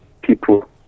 people